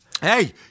hey